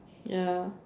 ya